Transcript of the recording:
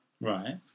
Right